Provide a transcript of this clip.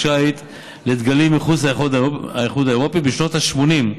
שיט לדגלים מחוץ לאיחוד האירופי בשנות ה-80.